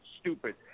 stupid